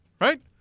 right